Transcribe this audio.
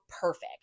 perfect